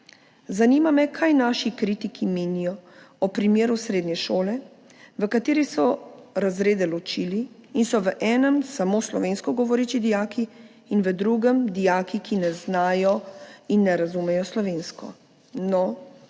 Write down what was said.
Zanima me, kaj naši kritiki menijo o primeru srednje šole, v kateri so razrede ločili in so v enem samo slovensko govoreči dijaki in v drugem dijaki, ki ne znajo in ne razumejo slovensko. No, to